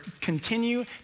continue